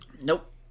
Nope